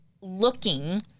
looking